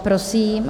Prosím.